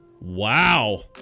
Wow